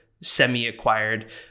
semi-acquired